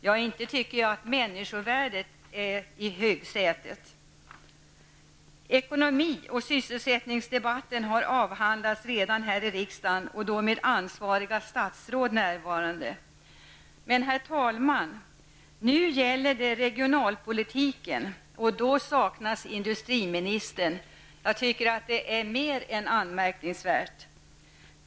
Jag anser inte att människovärdet är i högsätet. En debatt om ekonomi och sysselsättningen har redan genomförts här i riksdagen, och då med ansvariga statsråd närvarande. Men, herr talman, nu gäller det regionalpolitiken och då saknas industriministern. Jag anser att detta är mer än anmärkningsvärt.